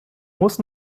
muss